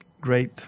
great